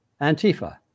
Antifa